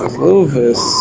Clovis